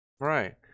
right